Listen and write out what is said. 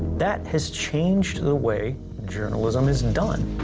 that has changed the way journalism is done.